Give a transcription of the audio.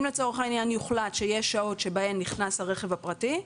אם לצורך העניין יוחלט שיש שעות שבהן נכנס הרכב הפרטי,